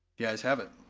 the ayes have it,